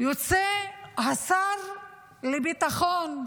יוצא השר לביטחון,